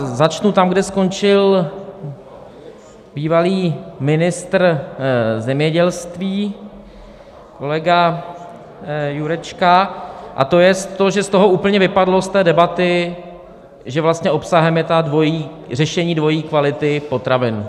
Začnu tam, kde skončil bývalý ministr zemědělství, kolega Jurečka, a to jest to, že z toho úplně vypadlo, z té debaty, že vlastně obsahem je řešení dvojí kvality potravin.